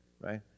right